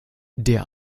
der